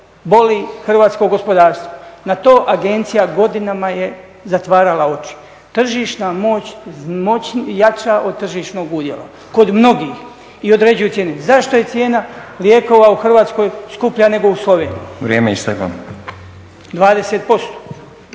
boli hrvatsko gospodarstvo. Na to agencija godinama je zatvarala oči. Tržišna moć je jača od tržišnog udjela, kod mnogih, i određuje cijene. Zašto je cijena lijekova u Hrvatskoj skuplja nego u Sloveniji 20%?